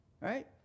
Right